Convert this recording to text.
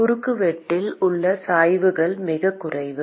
குறுக்குவெட்டில் உள்ள சாய்வுகள் மிகக் குறைவு